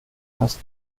fast